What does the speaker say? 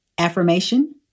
Affirmation